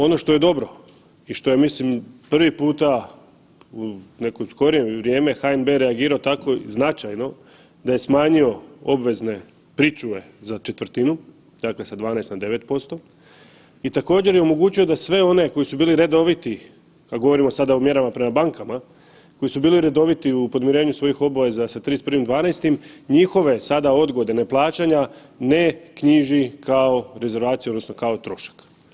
Ono što je dobro i što je mislim prvi puta u neko skorije vrijeme HNB reagirao tako značajno da je smanjio obvezne pričuve za četvrtinu, dakle sa 12 na 9% i također je omogućio da sve one koji su bili redoviti, a govorimo sada o mjerama prema bankama, koji su bili redoviti u podmirenju svojih obveza sa 31.12., njihove sada odgode ne plaćanja ne knjiži kao rezervaciju odnosno kao trošak.